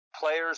players